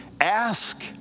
Ask